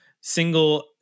single